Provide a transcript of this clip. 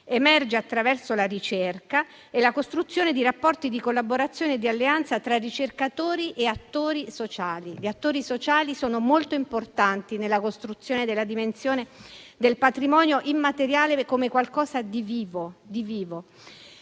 emerge attraverso la ricerca e la costruzione di rapporti di collaborazione e di alleanza tra ricercatori e attori sociali. Gli attori sociali sono molto importanti nella costruzione della dimensione del patrimonio immateriale come qualcosa di vivo.